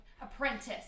apprentice